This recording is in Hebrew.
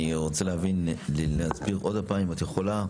אני רוצה להבין, להסביר עוד פעם, אם את יכולה,